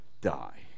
die